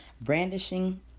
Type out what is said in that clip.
Brandishing